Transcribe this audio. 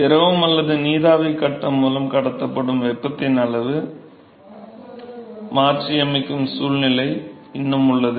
திரவம் அல்லது நீராவி கட்டம் மூலம் கடத்தப்படும் வெப்பத்தின் அளவை மாற்றியமைக்கும் சூழ்நிலை இன்னும் உள்ளது